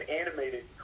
animated